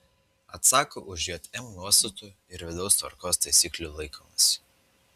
atsako už jm nuostatų ir vidaus tvarkos taisyklių laikymąsi